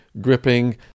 gripping